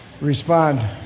respond